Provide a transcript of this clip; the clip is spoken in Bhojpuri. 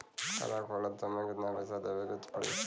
खाता खोलत समय कितना पैसा देवे के पड़ी?